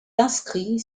inscrit